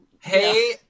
hey